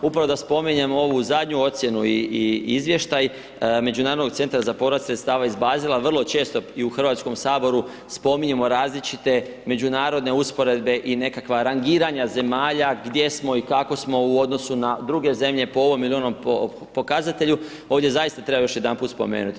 Upravo da spominjem ovu zadnju ocjenu i Izvještaj Međunarodnog centra za povrat sredstava iz Bazela, vrlo često i u Hrvatskom saboru spominjemo različite međunarodne usporedbe i nekakva rangiranja zemalja, gdje smo i kako smo u odnosu na druge zemlje po ovom ili onom pokazatelju, ovdje zaista treba još jedanput spomenuti.